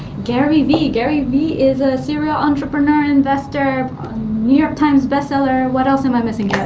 gary vee. gary vee is a serial entrepreneur, investor, a new york times' bestseller, what else am i missing, yeah